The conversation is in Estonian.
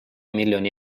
miljoni